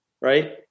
right